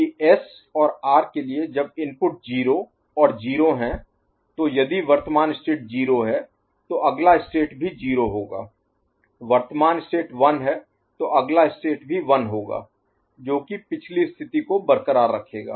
इसलिए यदि आपको याद है कि एस और आर के लिए जब इनपुट 0 और 0 हैं तो यदि वर्तमान स्टेट 0 है तो अगला स्टेट भी 0 होगा वर्तमान स्टेट 1 है तो अगला स्टेट भी 1 होगा जो कि पिछली स्थिति को बरक़रार रखेगा